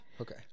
Okay